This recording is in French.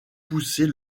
pousser